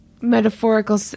metaphorical